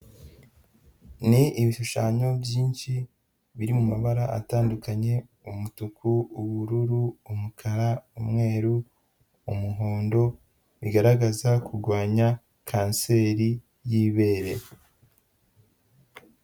Ni ibishushanyo byinshi biri mu mabara atandukanye, umutuku, ubururu, umukara, umweru, umuhondo, bigaragaza kurwanya kanseri y'ibere.